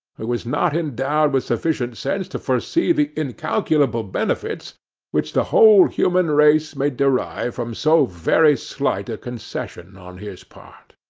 who is not endowed with sufficient sense to foresee the incalculable benefits which the whole human race may derive from so very slight a concession on his part